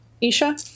Isha